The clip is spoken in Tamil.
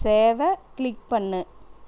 சேவை கிளிக் பண்ணு